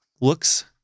looks